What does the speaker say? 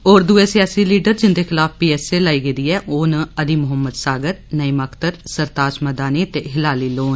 होर दुए सियासी लीडर जिन्दे खलाफ पीएसए लाई गेदी ऐ ओ न अली मोहम्मद सागर नईम अखतर सरताज मदानी ते हिलाली लोन